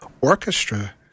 orchestra